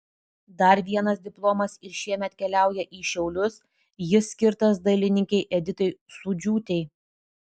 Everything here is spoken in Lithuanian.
dar vienas diplomas ir šiemet keliauja į šiaulius jis skirtas dailininkei editai sūdžiūtei